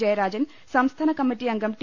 ജയരാജൻ സംസ്ഥാന കമ്മിറ്റി അംഗം ടി